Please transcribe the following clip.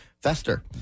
Fester